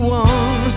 one